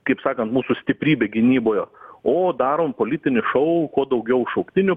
kaip sakant mūsų stiprybė gynyboje o darom politinį šou kuo daugiau šauktinių